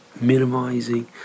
minimizing